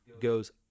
Goes